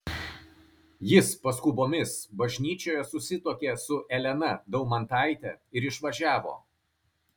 jis paskubomis bažnyčioje susituokė su elena daumantaite ir išvažiavo